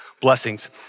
blessings